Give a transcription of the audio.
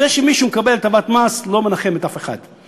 זה שמישהו מקבל הטבת מס לא מנחם אף אחד.